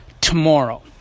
tomorrow